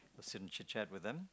just sit and chit chat with them